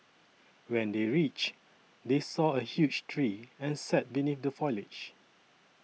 when they reached they saw a huge tree and sat beneath the foliage